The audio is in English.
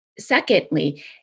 secondly